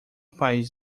país